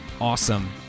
Awesome